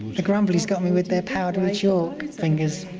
the grumblies got me with their powdery chalk fingers.